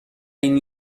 این